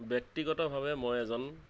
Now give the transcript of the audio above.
ব্যক্তিগতভাৱে মই এজন